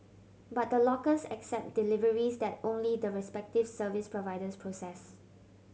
but the lockers accept deliveries that only the respective service providers process